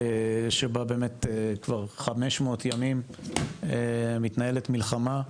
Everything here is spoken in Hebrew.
שבה באמת כבר 500 ימים מתנהלת מלחמה,